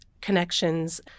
connections